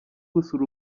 gusura